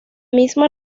misma